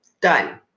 done